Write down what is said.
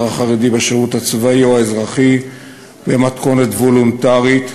החרדי בשירות הצבאי או האזרחי במתכונת וולונטרית,